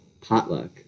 potluck